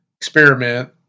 experiment